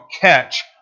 catch